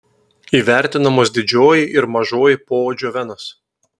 įvertinamos didžioji ir mažoji poodžio venos